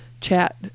chat